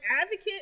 advocate